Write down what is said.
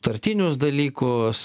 tartinius dalykus